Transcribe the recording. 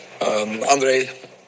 Andre